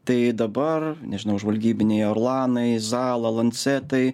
tai dabar nežinau žvalgybiniai orlanai zala lancetai